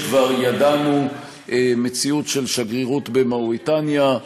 שכבר ידענו מציאות של שגרירות במאוריטניה,